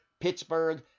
Pittsburgh